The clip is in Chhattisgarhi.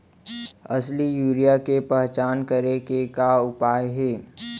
असली यूरिया के पहचान करे के का उपाय हे?